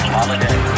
Holiday